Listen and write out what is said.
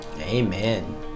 amen